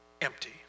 empty